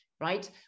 right